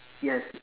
yes